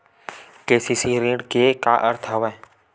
KCC ऋण के का अर्थ हवय?